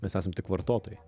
mes esam tik vartotojai